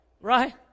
Right